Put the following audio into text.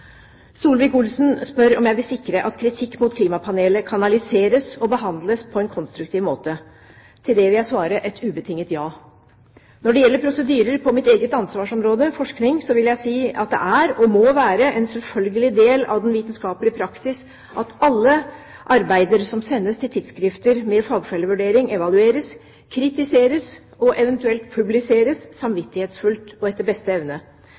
spør om jeg vil sikre at kritikk mot klimapanelet kanaliseres og behandles på en konstruktiv måte. Til det vil jeg svare et ubetinget ja. Når det gjelder prosedyrer på mitt eget ansvarsområde, forskning, vil jeg si at det er og må være en selvfølgelig del av den vitenskapelige praksis at alle arbeider som sendes til tidsskrifter med fagfellevurdering, evalueres, kritiseres og eventuelt publiseres samvittighetsfullt og etter beste evne.